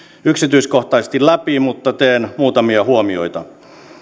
yksityiskohtaisesti läpi mutta teen muutamia huomioita